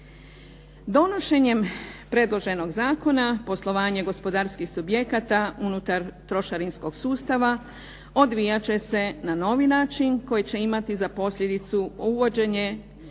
Donošenjem predloženog zakona, poslovanje gospodarskih subjekata unutar trošarinskog sustava odvijat će se na novi način koji će imati za posljedicu uvođenje